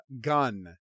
Gun